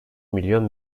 milyon